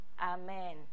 Amen